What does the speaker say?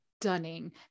stunning